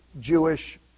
Jewish